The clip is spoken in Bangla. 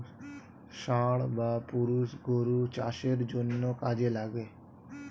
ষাঁড় বা পুরুষ গরু চাষের জন্যে কাজে লাগে